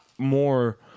more